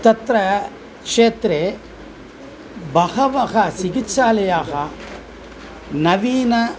तत्र क्षेत्रे बहवः चिकित्सालयाः नवीन